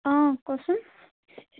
অঁ কচোন